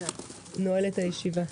אני נועלת את הישיבה.